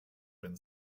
been